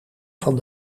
van